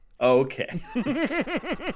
Okay